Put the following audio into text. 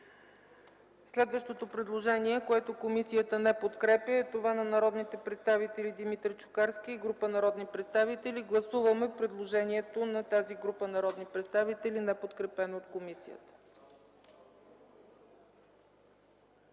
Следващото предложение, което комисията не подкрепя, е на народните представители Димитър Чукарски и група народни представители. Моля, гласувайте предложението на тази група народни представители, неподкрепено от комисията.